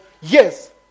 Yes